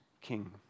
King